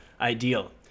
ideal